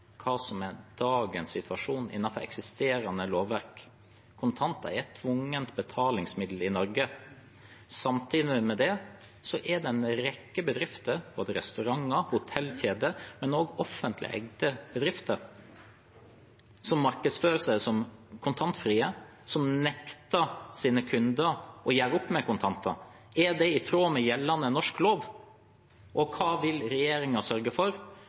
hva som er dagens situasjon innenfor eksisterende lovverk. Kontanter er et tvungent betalingsmiddel i Norge. Samtidig er det en rekke bedrifter, både restauranter, hotellkjeder og offentlig eide bedrifter, som markedsfører seg som kontantfrie, som nekter sine kunder å gjøre opp med kontanter. Er det i tråd med gjeldende norsk lov? Og hva vil regjeringen gjøre for